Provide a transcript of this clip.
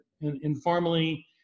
informally